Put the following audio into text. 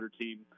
team